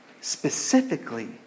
specifically